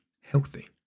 healthy